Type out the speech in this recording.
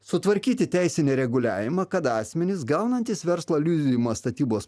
sutvarkyti teisinį reguliavimą kad asmenys gaunantys verslo liudijimą statybos